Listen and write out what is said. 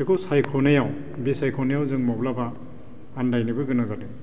बेखौ सायख'नायाव बे सायख'नायाव जों माब्लाबा आनदायनोबो गोनां जादों